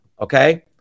Okay